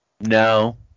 no